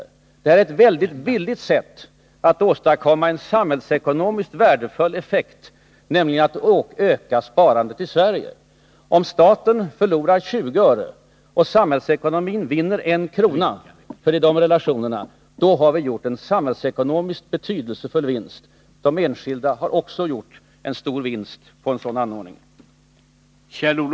Det vi nu diskuterar är ett väldigt billigt sätt att åstadkomma en samhällsekonomiskt värdefull effekt, nämligen ett ökat sparande i Sverige. Om staten förlorar 20 öre och samhällsekonomin vinner en krona — det är fråga om de relationerna — då har vi gjort en samhällsekonomiskt betydelsefull vinst. De enskilda har också gjort en stor vinst genom detta.